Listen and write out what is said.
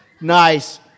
Nice